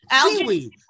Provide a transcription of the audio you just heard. seaweed